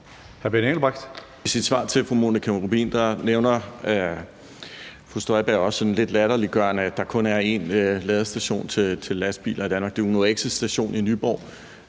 I sit svar til fru Monika Rubin nævner fru Inger Støjberg også lidt latterliggørende, at der kun er én ladestation til lastbiler i Danmark, og det er Uno-X' station i Nyborg,